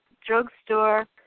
drugstore